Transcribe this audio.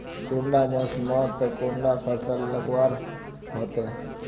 कुंडा मोसमोत कुंडा फसल लगवार होते?